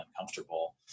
uncomfortable